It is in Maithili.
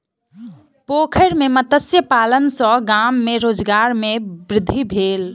पोखैर में मत्स्य पालन सॅ गाम में रोजगार में वृद्धि भेल